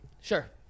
Sure